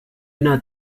not